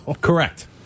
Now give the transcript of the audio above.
Correct